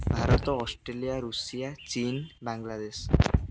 Bharat Australia Russia ଚୀନ ବାଂଲାଦେଶ